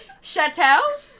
Chateau